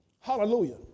Hallelujah